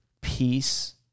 peace